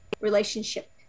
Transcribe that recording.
relationship